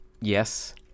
Yes